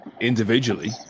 individually